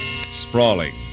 sprawling